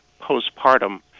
postpartum